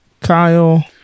Kyle